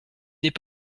n’est